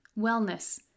Wellness